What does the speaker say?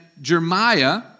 Jeremiah